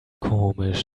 komisch